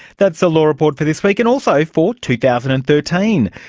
that's the law report for this week, and also for two thousand and thirteen.